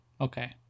Okay